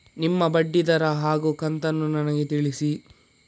ನಿಮ್ಮ ಬಡ್ಡಿದರ ಹಾಗೂ ಕಂತನ್ನು ನನಗೆ ತಿಳಿಸಿ?